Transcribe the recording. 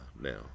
now